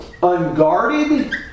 unguarded